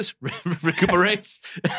recuperates